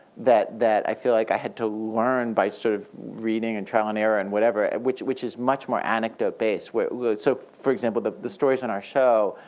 that that i feel like i had to learn by sort of reading and trial and error and whatever, which which is much more anecdote based. so for example, the the stories on our show,